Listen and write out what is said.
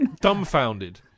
dumbfounded